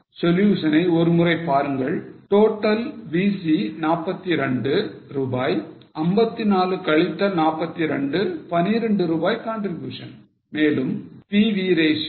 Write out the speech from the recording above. Solution ஐ ஒருமுறை பாருங்கள் total VC 42 ரூபாய் 54 கழித்தல் 42 12 ரூபாய் contribution மேலும் PV ratio 0